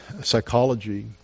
psychology